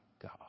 God